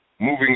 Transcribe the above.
Moving